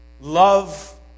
Love